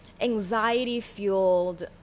anxiety-fueled